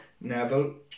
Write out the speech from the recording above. Neville